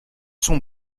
son